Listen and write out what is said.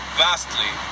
vastly